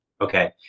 Okay